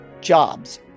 Jobs